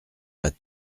pas